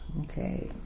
Okay